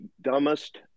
dumbest